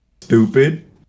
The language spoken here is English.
stupid